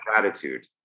gratitude